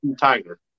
Tiger